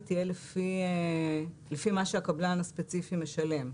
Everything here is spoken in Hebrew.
תהיה לפי מה שהקבלן הספציפי משלם,